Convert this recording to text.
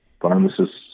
pharmacists